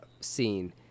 scene